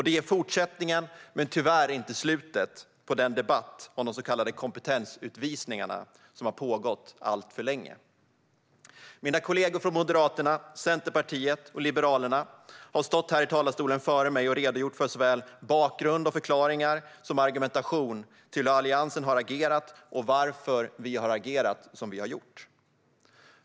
Detta är fortsättningen, men tyvärr inte slutet, på den debatt om de så kallade kompetensutvisningarna som har pågått alltför länge. Mina kollegor från Moderaterna, Centerpartiet och Liberalerna har stått här i talarstolen före mig och redogjort för såväl bakgrund och förklaringar som argumentation vad gäller hur Alliansen har agerat och varför vi har agerat som vi har gjort.